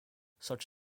such